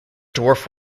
dwarf